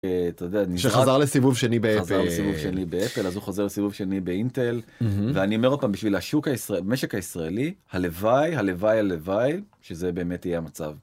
שחזר לסיבוב שני באפל אז הוא חוזר לסיבוב שני באינטל ואני אומר עוד פעם בשביל השוק המשק הישראלי הלוואי הלוואי הלוואי שזה באמת יהיה המצב.